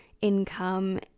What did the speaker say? income